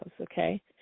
okay